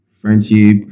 friendship